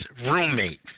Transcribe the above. roommate